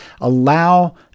Allow